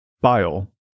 bile